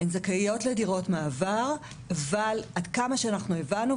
הן זכאיות לדיור מעבר אבל עד כמה שאנחנו הבנו,